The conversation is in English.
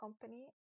company